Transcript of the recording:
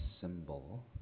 symbol